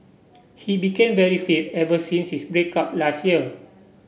he became very fit ever since his break up last year